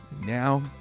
Now